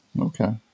Okay